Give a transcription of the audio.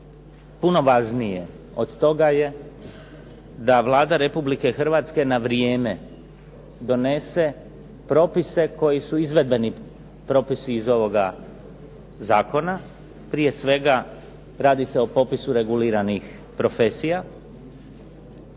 puno važnije od toga je da Vlada Republike Hrvatske na vrijeme donese propise koji su izvedbeni propisi iz ovoga zakona. Prije svega radi se o popisu reguliranih profesija,